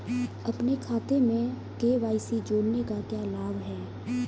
अपने खाते में के.वाई.सी जोड़ने का क्या लाभ है?